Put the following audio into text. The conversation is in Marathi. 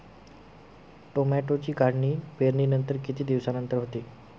टोमॅटोची काढणी पेरणीनंतर किती दिवसांनंतर होते?